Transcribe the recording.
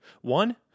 One